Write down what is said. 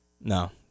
no